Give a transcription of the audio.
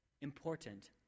important